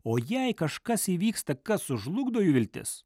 o jei kažkas įvyksta kas sužlugdo jų viltis